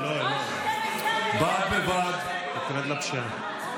לא, היא מתכוונת לפשיעה.